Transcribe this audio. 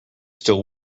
still